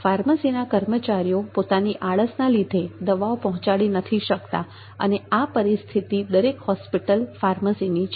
ફાર્મસીના કર્મચારીઓ પોતાની આળસના લીધે દવાઓ પહોંચાડી નથી શકતા અને આ પરિસ્થિતિ દરેક હોસ્પિટલ ફાર્મસીની છે